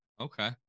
Okay